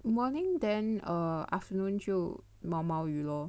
morning then err afternoon 毛毛雨 lor